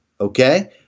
okay